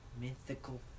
Mythical